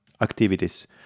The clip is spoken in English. activities